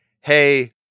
hey